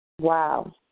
Wow